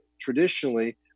traditionally